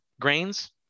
grains